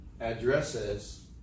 addresses